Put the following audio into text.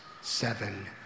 seven